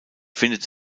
findet